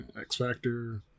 X-Factor